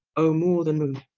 o more then moone,